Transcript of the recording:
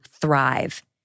thrive